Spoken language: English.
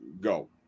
go